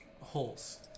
holes